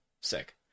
Sick